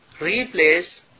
replace